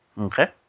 Okay